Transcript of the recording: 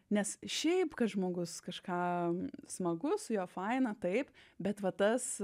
nes šiaip kai žmogus kažką smagu su juo faina taip bet va tas